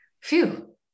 phew